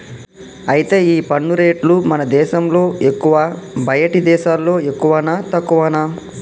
అయితే ఈ పన్ను రేట్లు మన దేశంలో ఎక్కువా బయటి దేశాల్లో ఎక్కువనా తక్కువనా